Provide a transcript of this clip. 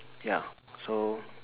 ya so